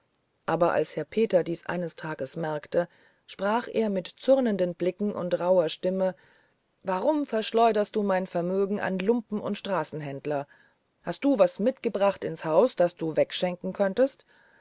aber als herr peter dies eines tages merkte sprach er mit zürnenden blicken und rauher stimme warum verschleuderst du mein vermögen an lumpen und straßenläufer hast du was mitgebracht ins haus das du wegschenken könntest